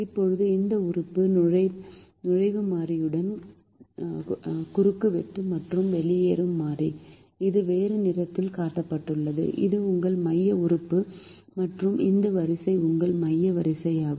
இப்போது இந்த உறுப்பு நுழைவு மாறியின் குறுக்குவெட்டு மற்றும் வெளியேறும் மாறி இது வேறு நிறத்தில் காட்டப்பட்டுள்ளது இது உங்கள் மைய உறுப்பு மற்றும் இந்த வரிசை உங்கள் மைய வரிசையாகும்